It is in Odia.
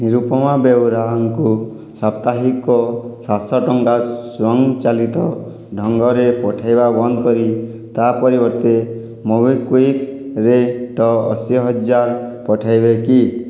ନିରୁପମା ବେଉରାଙ୍କୁ ସାପ୍ତାହିକ ସାତଶହ ଟଙ୍କା ସ୍ୱୟଂଚାଳିତ ଢଙ୍ଗରେ ପଠାଇବା ବନ୍ଦ କରି ତା'ପରିବର୍ତ୍ତେ ମୋବିକ୍ଵିକ୍ରେ ତ ଅଶି ହଜାର ପଠାଇବେ କି